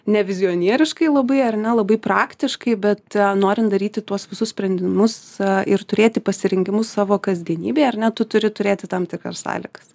ne vizionieriškai labai ar ne labai praktiškai bet norint daryti tuos visus sprendimus ir turėti pasirinkimus savo kasdienybėje ar ne tu turi turėti tam tikras sąlygas